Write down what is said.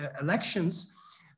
elections